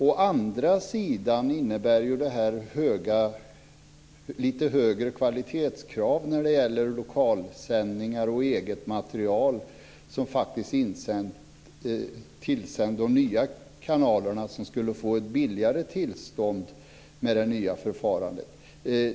Å andra sidan innebär det ju lite högre kvalitetskrav på lokalsändningar och eget material som faktiskt tillställts de nya kanalerna som skulle få ett billigare tillstånd med det nya förfarandet.